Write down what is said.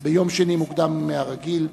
ביום שני מוקדם מהרגיל,